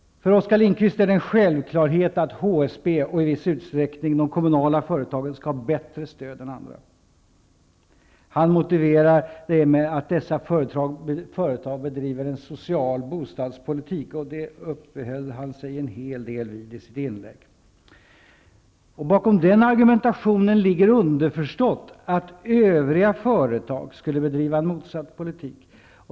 För Oskar Lindkvist är det en självklarhet att HSB och i viss utsträckning de kommunala företagen skall ha bättre stöd än andra företag. Han motiverar detta med att dessa företag bedriver en social bostadspolitik. Vid detta uppehöll han sig en hel del i sitt inlägg. Bakom den argumentationen ligger underförstått att övriga företag skulle bedriva en motsatt politik.